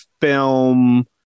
film